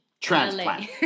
Transplant